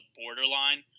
borderline